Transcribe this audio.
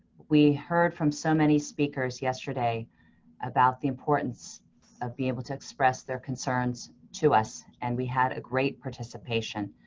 we heard from so many speakers yesterday about the importance of being able to express their concerns to us, and we had a great participation.